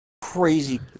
crazy